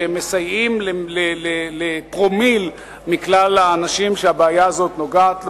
שמסייעים לפרומיל מכלל האנשים שהבעיה הזאת נוגעת בהם.